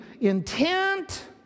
intent